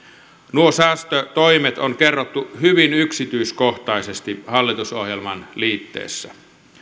nuo säästötoimet on kerrottu hyvin yksityiskohtaisesti hallitusohjelman liitteessä